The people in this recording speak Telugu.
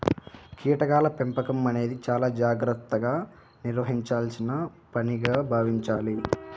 కీటకాల పెంపకం అనేది చాలా జాగర్తగా నిర్వహించాల్సిన పనిగా భావించాలి